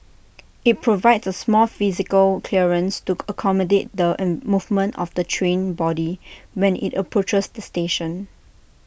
IT provides A small physical clearance to accommodate the A movement of the train body when IT approaches the station